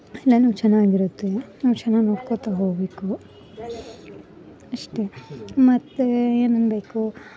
ಎಲ್ಲಾನು ಚೆನ್ನಾಗಿರುತ್ತೆ ನಾವು ಚೆನ್ನಾಗಿ ನೋಡ್ಕೊತ ಹೋಗಬೇಕು ಅಷ್ಟೆ ಮತ್ತು ಏನು ಅನ್ಬೇಕು